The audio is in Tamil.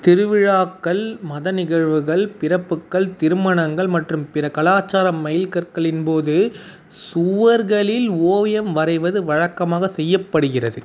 திருவிழாக்கள் மத நிகழ்வுகள் பிறப்புக்கள் திருமணங்கள் மற்றும் பிற கலாச்சார மைல்கற்களின் போது சுவர்களில் ஓவியம் வரைவது வழக்கமாக செய்யப்படுகிறது